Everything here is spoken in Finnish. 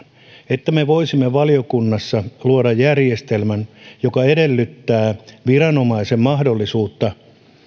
että me voisimme valiokunnassa luoda järjestelmän joka edellyttää viranomaisen mahdollisuutta